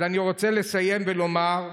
אני רוצה לסיים ולומר: